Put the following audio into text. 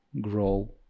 grow